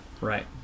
right